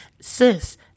sis